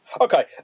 Okay